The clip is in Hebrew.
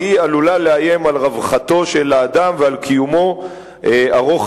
והיא עלולה לאיים על רווחתו של האדם ועל קיומו ארוך-הטווח,